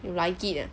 you like it ah